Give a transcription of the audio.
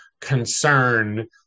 concern